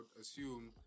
assume